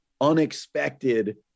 unexpected